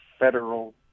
federal